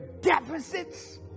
deficits